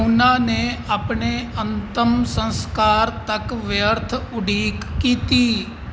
ਉਨ੍ਹਾਂ ਨੇ ਆਪਣੇ ਅੰਤਮ ਸੰਸਕਾਰ ਤੱਕ ਵਿਅਰਥ ਉਡੀਕ ਕੀਤੀ